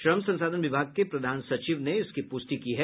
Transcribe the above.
श्रम संसाधन विभाग के प्रधान सचिव ने इसकी पुष्टि की है